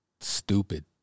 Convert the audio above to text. stupid